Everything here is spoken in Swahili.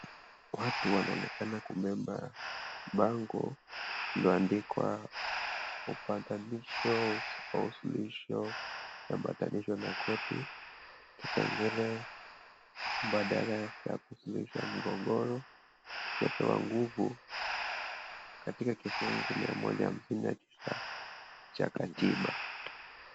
Watu wanaonekana kubeba bango lilioandikwa upatanisho, usuluhisho na matayarisho na koti kipengele badala ya kusuluhisha mgogoro ya nguvu katika kifungu mia hamsini na tisa cha katiba.